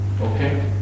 Okay